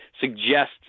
suggest